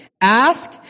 ask